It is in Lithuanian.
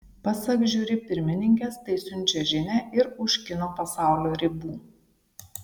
pasak žiuri pirmininkės tai siunčia žinią ir už kino pasaulio ribų